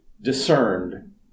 discerned